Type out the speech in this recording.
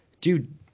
dude